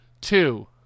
Two